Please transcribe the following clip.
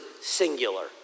singular